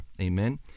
amen